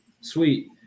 Sweet